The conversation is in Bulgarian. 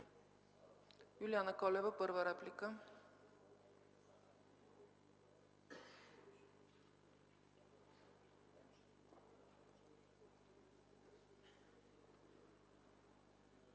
Юлиана Колева – първа реплика.